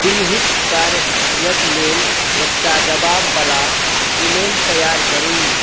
चिह्नित करैके लेल एकटा जवाबवला ईमेल तैआर करू